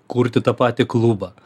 kurti tą patį klubą